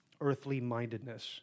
Earthly-mindedness